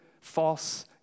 false